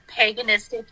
paganistic